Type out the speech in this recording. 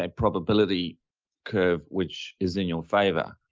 and probability curve, which is in your favor,